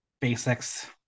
basics